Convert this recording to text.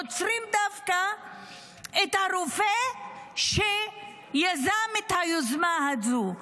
עוצרים דווקא את הרופא שיזם את היוזמה הזו.